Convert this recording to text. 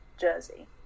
jersey